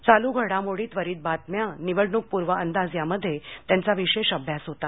चालू घडामोडीत्वरित बातम्यानिवडणूकपूर्व अंदाज यामध्ये त्यांचा विशेष अभ्यास होता